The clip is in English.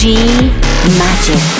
G-Magic